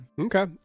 Okay